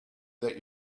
that